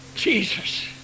Jesus